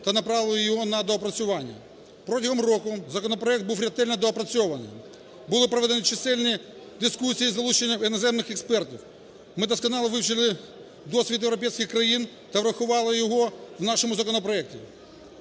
та направили його на доопрацювання. Протягом року законопроект був ретельно доопрацьований, були проведені чисельні дискусії з залученням іноземних експертів. Ми досконало вивчили досвід європейських країн та врахували його в нашому законопроекті.